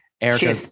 erica